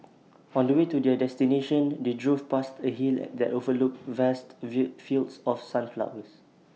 on the way to their destination they drove past A hill that overlooked vast view fields of sunflowers